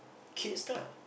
kids lah